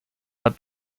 but